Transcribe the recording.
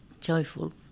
joyful